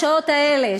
בשעות האלה,